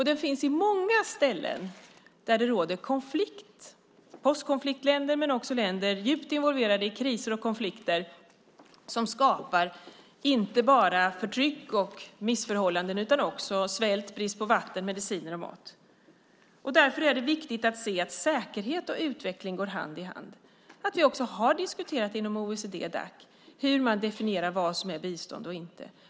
Den finns på många ställen där det råder konflikt, i postkonfliktländer men också i länder djupt involverade i kriser och konflikter som skapar inte bara förtryck och missförhållanden utan också svält, brist på vatten, mediciner och mat. Därför är det viktigt att se att säkerhet och utveckling går hand i hand. Vi har också diskuterat inom OECD-Dac hur man definierar vad som är bistånd och inte.